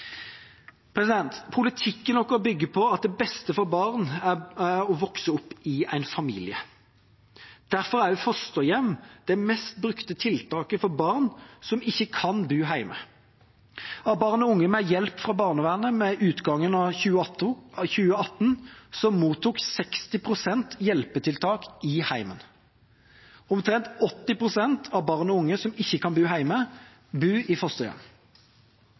Politikken vår bygger på at det beste for barn er å vokse opp i en familie. Derfor er også fosterhjem det mest brukte tiltaket for barn som ikke kan bo hjemme. Av barn og unge med hjelp fra barnevernet mottok ved utgangen av 2018 60 pst. hjelpetiltak i hjemmet. Omtrent 80 pst. av barn og unge som ikke kan bo hjemme, bor i fosterhjem.